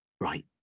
Right